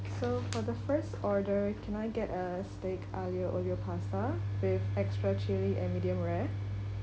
so for the first order can I get uh steak aglio olio pasta with extra chilli and medium rare